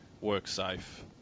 work-safe